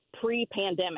pre-pandemic